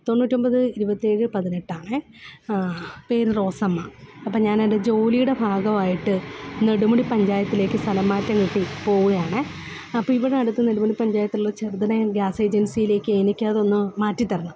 തൊണ്ണൂറ്റൊമ്പത് ഇരുപത്തേഴ് പതിനെട്ടാണെ ആ പേര് റോസമ്മ അപ്പോൾ ഞാനെന്റെ ജോലിയുടെ ഭാഗമായിട്ട് നെടുമുടി പഞ്ചായത്തിലേക്ക് സ്ഥലം മാറ്റം കിട്ടി പോവുകയാണെ അപ്പോൾ ഇവിടെ അടുത്ത് നെടുമുടി പഞ്ചായത്തിലുള്ള ചെറുതലയം ഗ്യാസ് ഏജൻസിയിലേക്ക് എനിക്കതൊന്ന് മാറ്റിത്തരണം